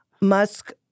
Musk